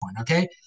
Okay